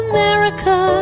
America